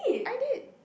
I did